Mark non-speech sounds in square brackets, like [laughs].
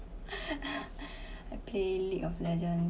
[laughs] I play league of legends